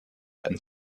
and